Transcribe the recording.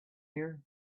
here